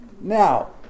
Now